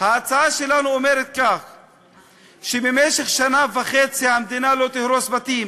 ההצעה שלנו אומרת שבמשך שנה וחצי המדינה לא תהרוס בתים,